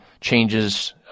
changes